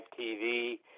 TV